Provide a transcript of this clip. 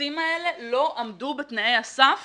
שהקיבוצים האלה לא עמדו בתנאי הסף